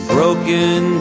Broken